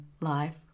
life